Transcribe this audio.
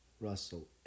Russell